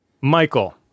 Michael